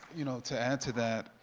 you know to add to that,